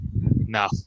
No